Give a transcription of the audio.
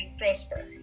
Prosper